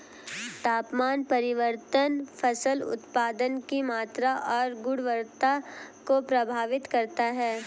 तापमान परिवर्तन फसल उत्पादन की मात्रा और गुणवत्ता को प्रभावित करता है